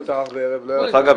דרך אגב,